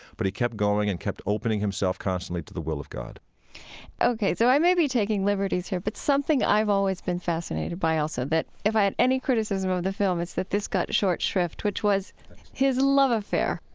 but he kept going and kept opening himself constantly to the will of god ok. so i may be taking liberties here, but something i've always been fascinated by also, that if i had any criticism of the film is that this got short shrift, which was his love affair.